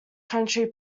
county